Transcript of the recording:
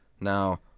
Now